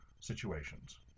situations